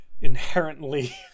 inherently